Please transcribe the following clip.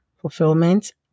fulfillment